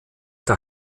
der